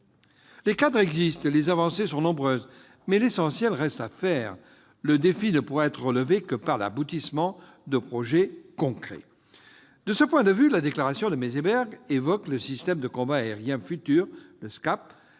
Les cadres existent, les avancées sont nombreuses, mais l'essentiel reste à faire. Le défi ne pourra être relevé que par l'aboutissement de projets concrets. De ce point de vue, la déclaration de Meseberg mentionne le système de combat aérien futur- le SCAF